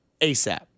ASAP